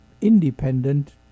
independent